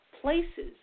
places